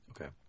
Okay